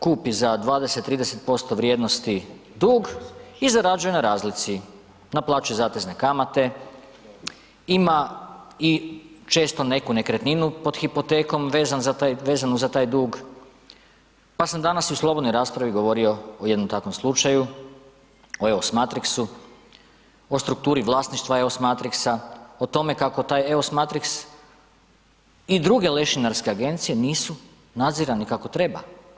Kupac duga kupi za 20, 30% vrijednost dug i zarađuje na razlici, naplaćuje zatezne kamate, ima i često neku nekretninu pod hipotekom vezanu za taj dug pa sam danas u slobodnoj raspravi govorio o jednom takvom slučaju, o EOS Matrixu, o strukturi vlasništva EOS Matrixa, o tome kako taj EOS Matrix i druge lešinarske agencije nisu nadzirani kako treba.